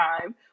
time